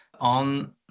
on